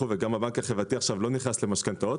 וגם הבנק החברתי עכשיו לא נכנס למשכנתאות.